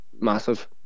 massive